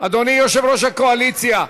אדוני יושב-ראש הקואליציה,